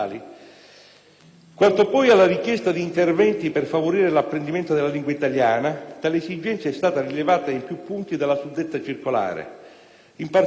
Quanto poi alla richiesta di interventi per favorire l'apprendimento della lingua italiana, tale esigenza è stata rilevata in più punti della suddetta circolare. In particolare,